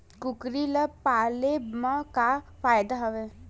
कुकरी ल पाले म का फ़ायदा हवय?